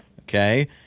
Okay